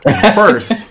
First